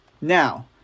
Now